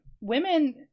women